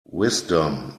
wisdom